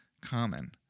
common